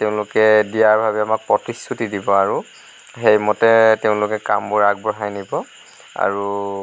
তেওঁলোকে দিয়াৰ আমাক প্ৰতিশ্ৰুতি দিব আৰু সেইমতে তেওঁলোকে কামবোৰ আগবঢ়াই নিব আৰু